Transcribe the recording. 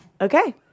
okay